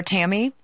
Tammy